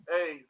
Hey